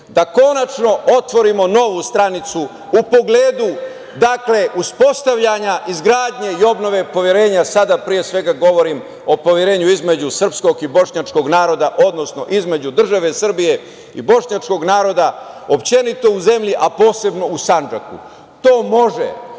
da konačno otvorimo novu stranicu u pogledu uspostavljanja, izgradnje i obnove poverenja, sada pre svega govorim o pomirenju između srpskog i bošnjačkog naroda, odnosno između države Srbije i bošnjačkog naroda uopšte u zemlji, a posebno u Sandžaku. To može